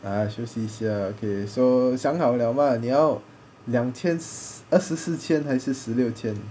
ah 休息一下 okay so 想好了吗你要两千二十四千还是十六千